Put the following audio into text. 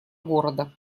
города